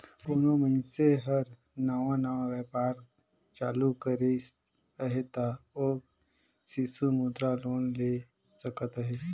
कोनो मइनसे हर नावा नावा बयपार चालू करिस अहे ता ओ सिसु मुद्रा लोन ले सकत अहे